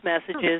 messages